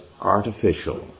artificial